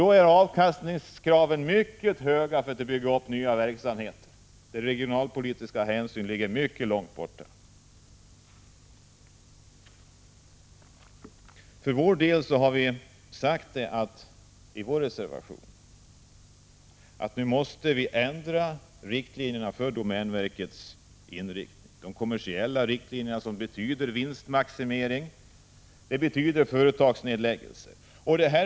Det innebär att man har mycket höga avkastningskrav om man skall bygga upp nya verksamheter, och de regionalpolitiska hänsynen ligger långt borta. Vi har för vår del sagt i reservationen att riktlinjerna för domänverket verksamhet måste ändras. Man kan inte tillämpa de kommersiella riktlinjer där målet är vinstmaximering. Det innebär nämligen företagsnedläggelser.